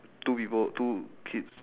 two people two kids